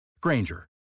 Granger